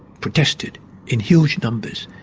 protested in huge numbers.